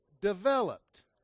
developed